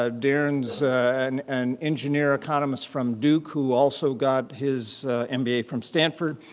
ah darren's an engineer economist from duke who also got his and mba from stanford.